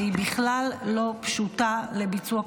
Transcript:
והיא בכלל לא פשוטה לביצוע,